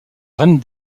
reine